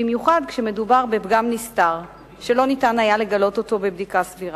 במיוחד כשמדובר בפגם נסתר שלא היה אפשר לגלות אותו בבדיקה סבירה.